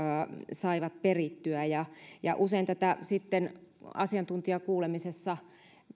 saivat perittyä ja ja usein tätä sitten asiantuntijakuulemisessa